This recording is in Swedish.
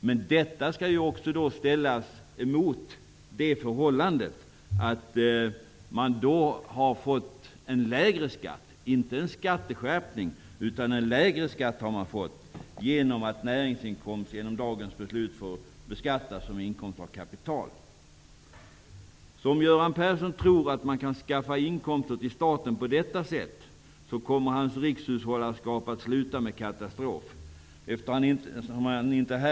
Men detta skall också ställas mot det förhållandet att man då har fått en lägre skatt -- alltså inte en skatteskärpning -- genom att näringsinkomst genom dagens beslut får beskattas som inkomst av kapital. Om Göran Persson tror att man kan skaffa inkomster till staten på detta sätt, kommer hans rikshushållarskap att sluta i en katastrof. Göran Persson är inte här.